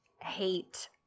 hate